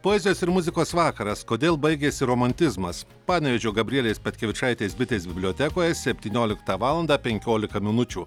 poezijos ir muzikos vakaras kodėl baigėsi romantizmas panevėžio gabrielės petkevičaitės bitės bibliotekoje septynioliktą valandą penkiolika minučių